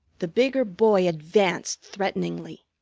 the bigger boy advanced threateningly.